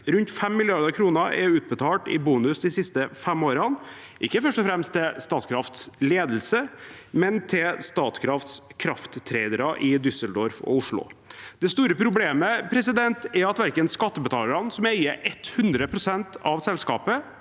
Rundt 5 mrd. kr er utbetalt i bonus de siste fem årene – ikke først og fremst til Statkrafts ledelse, men til Statkrafts krafttradere i Düsseldorf og Oslo. Det store problemet er at verken skattebetalerne, som eier 100 pst. av selskapet,